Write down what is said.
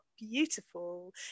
beautiful